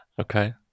Okay